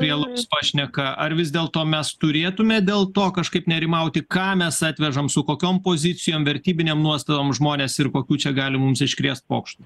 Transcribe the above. prie alaus pašneka ar vis dėlto mes turėtume dėl to kažkaip nerimauti ką mes atvežame su kokiom pozicijom vertybinėm nuostatom žmones ir kokių čia gali mums iškrėst pokštų